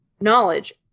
knowledge